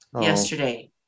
yesterday